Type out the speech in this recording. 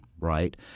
Right